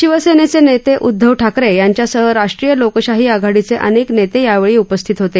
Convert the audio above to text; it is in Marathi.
शिवसेनेचे नेते उद्दव ठाकरे यांच्यासह राष्ट्रीय लोकशाही आघाडीचे अनेक नेते यावेळी उपस्थित होते